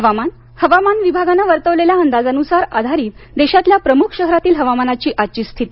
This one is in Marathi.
हवामान हवामान विभागाने वर्तवलेल्या अंदाजावर आधारित देशातल्या प्रमुख शहरांतील हवामानाची आजची स्थिती